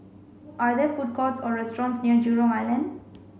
are there food courts or restaurants near Jurong Island